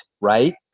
right